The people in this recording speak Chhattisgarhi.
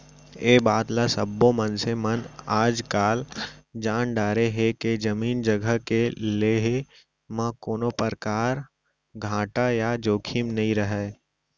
ए बात ल सब्बो मनसे मन आजकाल जान डारे हें के जमीन जघा के लेहे म कोनों परकार घाटा या जोखिम नइ रहय